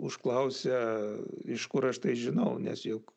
užklausia iš kur aš tai žinau nes juk